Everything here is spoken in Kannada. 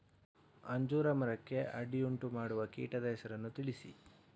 ಅಂಜೂರ ಮರಕ್ಕೆ ಅಡ್ಡಿಯುಂಟುಮಾಡುವ ಕೀಟದ ಹೆಸರನ್ನು ತಿಳಿಸಿ?